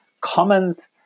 comment